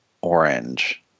orange